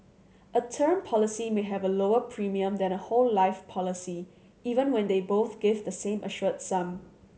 a term policy may have a lower premium than a whole life policy even when they both give the same assured sum